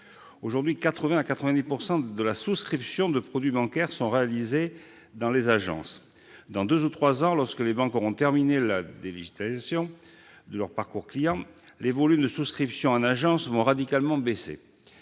Aujourd'hui, 80 % à 90 % des souscriptions de produits bancaires sont réalisées dans les agences. Mais, dans deux ou trois ans, lorsque les banques auront achevé la digitalisation de leur parcours client, les volumes de souscription en agence vont radicalement baisser.